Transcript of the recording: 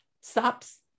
stops